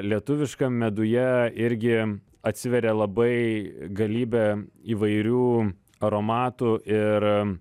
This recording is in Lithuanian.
lietuviškam meduje irgi atsiveria labai galybė įvairių aromatų ir